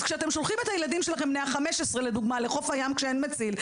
אז כשאתם שולחים את הילדים שלכם בני ה-15 למשל לחוף הים כשאין מציל,